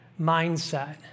mindset